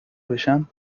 بشم